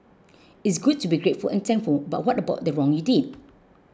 it's good to be grateful and thankful but what about the wrong you did